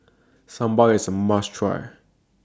Sambar IS A must Try